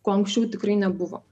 ko anksčiau tikrai nebuvo